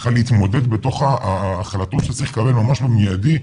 ככה להתמודד בתוך ההחלטות שצריך לקבל ממש במיידי,